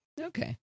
Okay